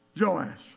Joash